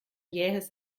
jähes